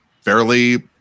fairly